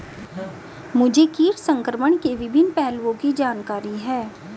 मुझे कीट संक्रमण के विभिन्न पहलुओं की जानकारी है